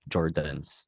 Jordans